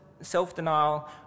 self-denial